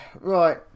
right